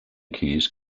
keys